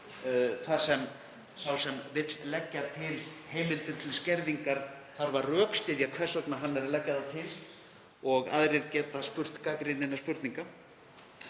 sá sem vill leggja til heimildir til skerðingar þarf að rökstyðja hvers vegna hann er að leggja það til og aðrir geta spurt gagnrýninna spurninga.